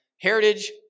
Heritage